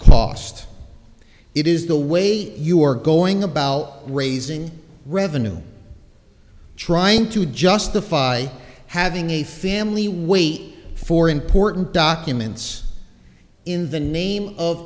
cost it is the way you are going about raising revenue trying to justify having a family wait for important documents in the name of